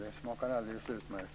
Det smakar alldeles utmärkt.